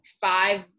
five